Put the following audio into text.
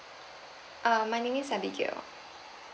uh my name is abigail